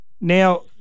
Now